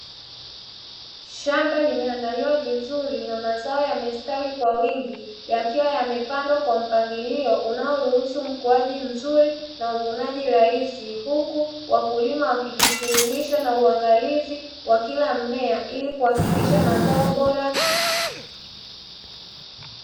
Shamba limeandaliwa vizuri, lina mazao yamestawi kwa wingi yakiwa yamepandwa kwa mpangilio unaoruhusu ukuaji mzuri na uvunaji rahisi; huku wakulima wakijishughulisha na uangalizi wa kila mmea ili kuhakikisha mazao bora.